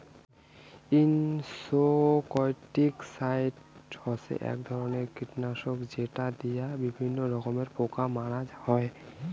insecticide হসে এক ধরণের কীটনাশক যেটো দিয়া বিভিন্ন রকমের পোকা মারা হই